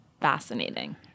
fascinating